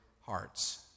hearts